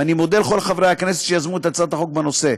ואני מודה לכל חברי הכנסת שיזמו את הצעת החוק בנושא.